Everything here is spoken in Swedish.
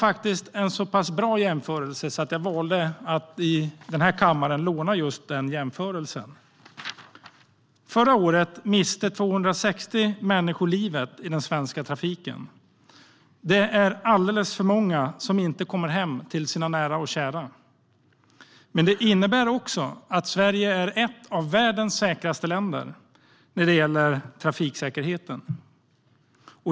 Det var en så pass bra jämförelse att jag valde att låna den. Förra året miste 260 människor livet i den svenska trafiken. Det är alldeles för många som inte kommer hem till sina nära och kära. Men det innebär att Sverige är ett av världens säkraste länder när det gäller trafiksäkerhet.